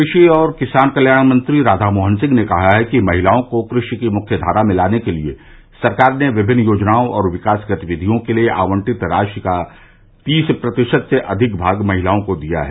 कृषि और किसान कल्याण मंत्री राधामोहन सिंह ने कहा है कि महिलाओं को कृषि की मुख्यवारा में लाने के लिए सरकार ने विभिन्न योजनाओं और विकास गतिविधियों के लिए आवंटित राशि का तीस प्रतिशत से अधिक भाग महिलाओं को दिया है